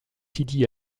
sidi